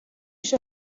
پیش